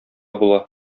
була